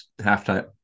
halftime